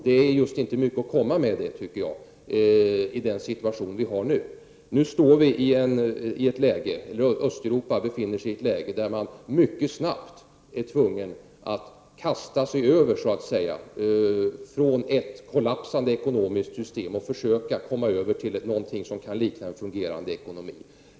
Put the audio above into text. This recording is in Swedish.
Det är just inte mycket att komma med, tycker jag, i den rådande situationen då de östeuropeiska länderna befinner sig i ett läge då de mycket snabbt är tvungna att så att säga kasta sig över från ett kollapsande ekonomiskt system till något som kan likna en fungerande ekonomi.